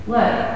Look